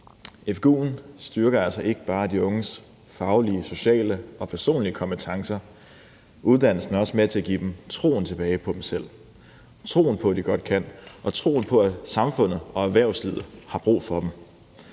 Fgu'en styrker altså ikke bare de unges faglige, sociale og personlige kompetencer. Uddannelsen er også med til at give dem troen på sig selv tilbage – troen på, at de godt kan, og troen på, at samfundet og erhvervslivet har brug for dem.